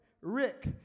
Rick